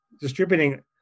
distributing